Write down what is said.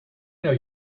know